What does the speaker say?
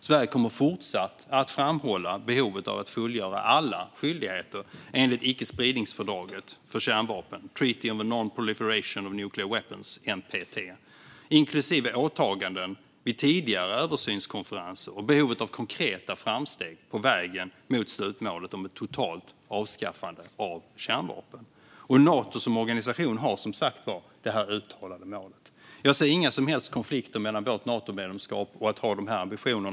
Sverige kommer fortsatt att framhålla behovet av att fullgöra alla skyldigheter enligt fördraget om icke-spridning av kärnvapen, Treaty on the Non-Proliferation of Nuclear Weapons, NPT, inklusive åtaganden vid tidigare översynskonferenser, liksom behovet av konkreta framsteg på vägen mot slutmålet om ett totalt avskaffande av kärnvapen. Nato som organisation har, som sagt, detta uttalade mål. Jag ser inga som helst konflikter mellan vårt Natomedlemskap och att ha dessa ambitioner.